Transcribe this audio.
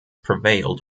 prevailed